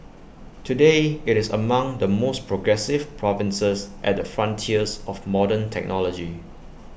today IT is among the most progressive provinces at the frontiers of modern technology